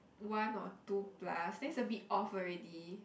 one or two plus then it's a bit off already